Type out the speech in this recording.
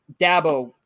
Dabo